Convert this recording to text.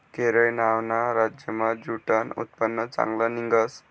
केरय नावना राज्यमा ज्यूटनं उत्पन्न चांगलं निंघस